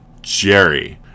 Jerry